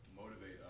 motivate